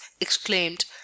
exclaimed